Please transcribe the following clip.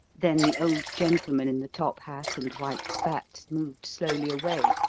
then the old gentleman in the top hat and white spats moved slowly away,